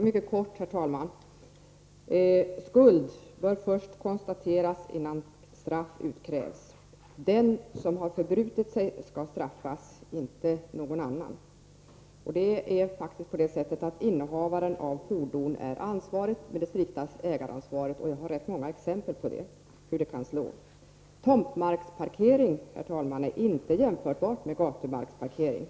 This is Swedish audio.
Herr talman! Mycket kort: Skuld bör först konstateras innan straff utkrävs. Den som har förbrutit sig skall straffas, inte någon annan. Innehavaren av fordon är ansvarig — med det striktaste ägaransvaret. Jag har många exempel på det. Tomtmarksparkering är inte jämförbar med gatumarksparkering.